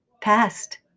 past